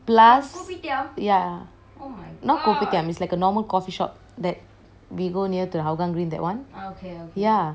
plus ya not kopitiam it's like a normal coffeeshop that we go near to the hougang green that one